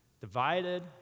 divided